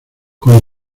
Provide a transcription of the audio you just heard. con